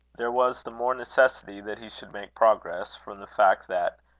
there was the more necessity that he should make progress, from the fact that,